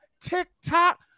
TikTok